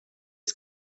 bli